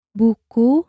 buku